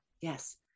yes